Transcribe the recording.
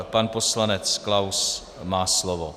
Pan poslanec Klaus má slovo.